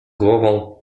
głową